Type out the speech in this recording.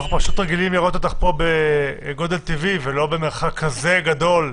אנחנו פשוט רגילים לראות אותך פה בגודל טבעי ולא במרחק כזה גדול,